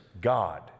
God